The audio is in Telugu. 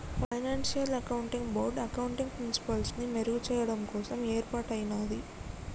ఫైనాన్షియల్ అకౌంటింగ్ బోర్డ్ అకౌంటింగ్ ప్రిన్సిపల్స్ని మెరుగుచెయ్యడం కోసం యేర్పాటయ్యినాది